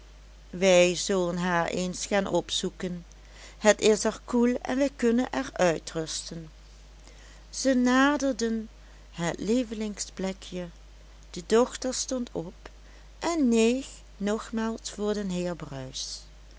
wij zullen haar eens gaan opzoeken het is er koel en wij kunnen er uitrusten zij naderden het lievelingsplekje de dochter stond op en neeg nogmaals voor den heer bruis